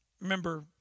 remember